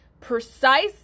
precise